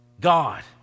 god